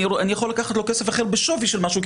אני יכול לקחת לו כסף אחר בשווי של משהו.